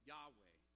Yahweh